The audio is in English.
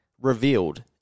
Revealed